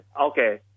Okay